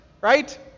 right